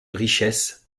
richesses